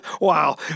Wow